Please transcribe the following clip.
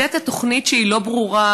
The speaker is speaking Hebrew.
לתת תוכנית שהיא לא ברורה,